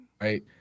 Right